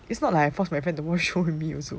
it's not like I force my friend to watch with me also